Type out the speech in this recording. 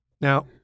Now